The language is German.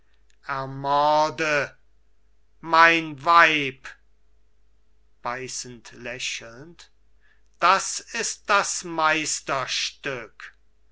ermorde mein weib beißend lächelnd das ist das meisterstück